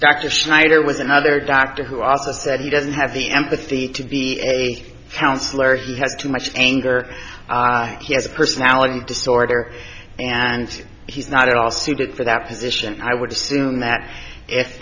dr schneider was another doctor who also said he doesn't have the empathy to be a counsellor he has too much anger he has a personality disorder and he's not at all suited for that position i would assume that if